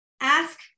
ask